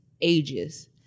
ages